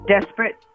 Desperate